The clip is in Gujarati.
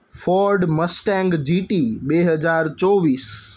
ફોર્ડ મસટેંગ જીટી બે હજાર ચોવીસ